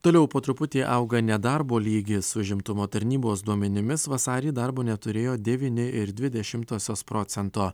toliau po truputį auga nedarbo lygis užimtumo tarnybos duomenimis vasarį darbo neturėjo devyni ir dvi dešimtosios procento